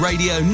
Radio